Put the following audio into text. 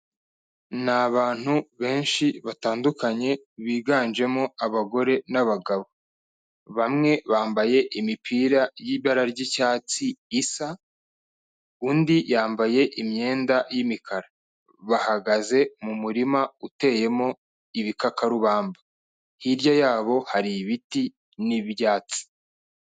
Ni abantu benshi batandukanye, biganjemo abagore n'abagabo. Bamwe bambaye imipira y'ibara ry'icyatsi isa, undi yambaye imyenda y'imikara, hahagaze mu murima uteyemo ibikakarubamba, hirya yabo hari ibiti n'ibyatsi.